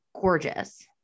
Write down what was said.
gorgeous